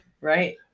right